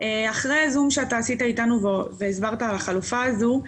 אחרי הזום שאתה עשית איתנו והסברת על החלופה הזו,